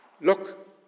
look